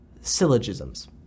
syllogisms